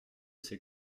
ces